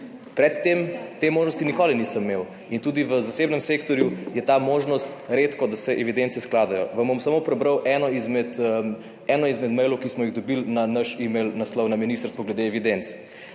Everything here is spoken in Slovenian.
Pred tem te možnosti nikoli nisem imel in tudi v zasebnem sektorju je ta možnost redko, da se evidence skladajo. Vam bom samo prebral eno izmed, eno izmed mailov, ki smo jih dobili na naš e-mail naslov na ministrstvu glede evidenc.